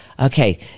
Okay